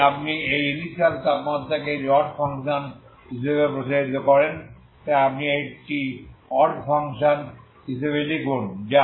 তাই আপনি এই ইনিশিয়াল তাপমাত্রাকে একটি অড ফাংশন হিসাবেও প্রসারিত করেন তাই আপনি এটি একটি অড ফাংশন হিসাবে লিখুন